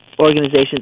Organizations